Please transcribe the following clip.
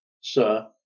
Sir